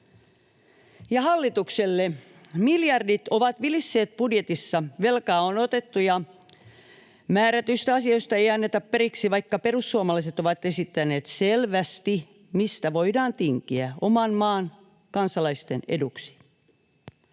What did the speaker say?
Ja hallitukselle: Miljardit ovat vilisseet budjetissa, velkaa on otettu, mutta määrätyistä asioista ei anneta periksi, vaikka perussuomalaiset ovat esittäneet selvästi, mistä voidaan tinkiä oman maan kansalaisten eduksi.